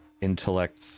Intellect